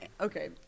okay